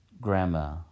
grammar